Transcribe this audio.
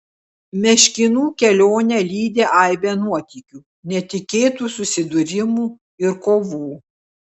meškinų kelionę lydi aibė nuotykių netikėtų susidūrimų ir kovų